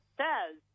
says